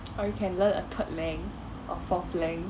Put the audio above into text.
or you can learn a third lang or fourth lang